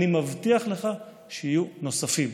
אני מבטיח לך שיהיו נוספים.